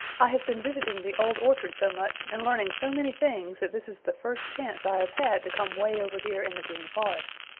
i have been visiting the old orchard so much and learning so many things that this is the first chance i have had to come way over here in the green forest.